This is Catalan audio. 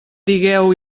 digueu